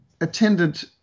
attended